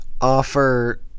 offer